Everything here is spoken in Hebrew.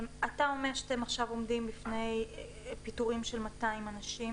אתה אומר שאתם עומדים בפני פיטורים של 200 אנשים,